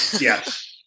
Yes